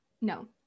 no